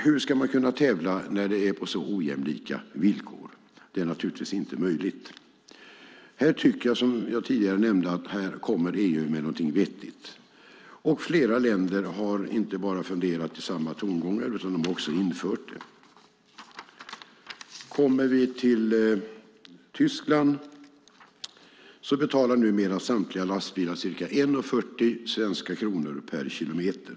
Hur ska man kunna tävla när det är på så ojämlika villkor? Det är naturligtvis inte möjligt. Här tycker jag att EU kommer med något vettigt. Flera länder har inte bara funderat i samma banor utan också infört det. I Tyskland betalar numera samtliga lastbilar ca 1:40 svenska kronor per kilometer.